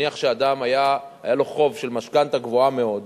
נניח שלאדם היה חוב של משכנתה גבוהה מאוד